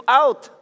out